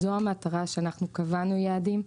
זו המטרה שלשמה קבענו יעדים.